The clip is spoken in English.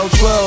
12